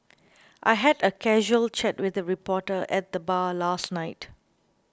I had a casual chat with a reporter at the bar last night